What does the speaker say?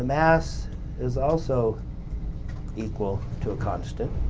mass is also equal to a constant.